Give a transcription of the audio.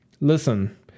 listen